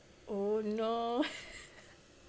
oh no